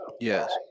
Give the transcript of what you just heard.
Yes